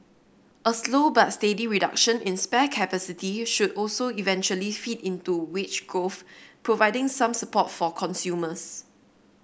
a slow but steady reduction in spare capacity should also eventually feed into wage growth providing some support for consumers